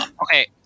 Okay